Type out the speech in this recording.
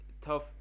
tough